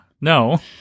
No